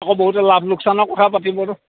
আকৌ বহুতে লাভ লোকচানৰ কথা পাতিবতো